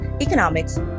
economics